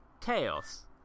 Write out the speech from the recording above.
Chaos